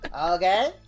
Okay